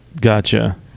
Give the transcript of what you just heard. gotcha